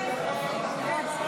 הממשלה